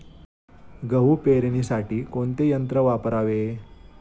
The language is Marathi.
गहू पेरणीसाठी कोणते यंत्र वापरावे?